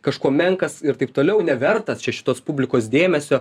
kažko menkas ir taip toliau nevertas čia šitos publikos dėmesio